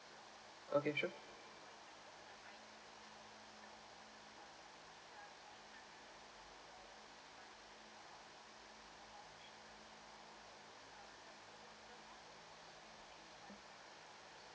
okay sure